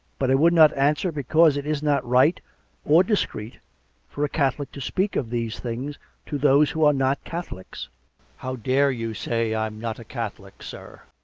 but i would not answ er, because it is not right or discreet for a catholic to speak of these things to those who are not catholics how dare you say i am not a catholic, sir!